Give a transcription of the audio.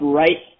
right